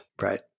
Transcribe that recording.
right